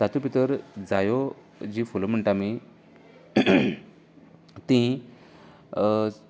तातूंत भितर जायो जी फुलां म्हणटात आमी ती